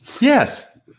Yes